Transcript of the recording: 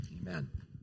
Amen